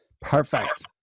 Perfect